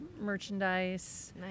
merchandise